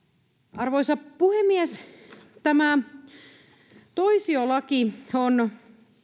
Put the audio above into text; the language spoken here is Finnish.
arvoisa puhemies tämä toisiolaki on